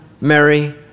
Mary